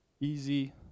easy